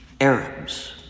Arabs